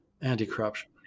anti-corruption